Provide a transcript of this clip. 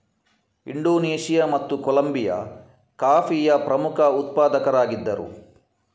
Indonesia ಮತ್ತು ಕೊಲಂಬಿಯಾ ಕಾಫಿಯ ಪ್ರಮುಖ ಉತ್ಪಾದಕರಾಗಿದ್ದರು